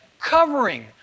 covering